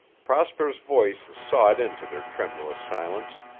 prosper's voice sawed into their tremulous silence.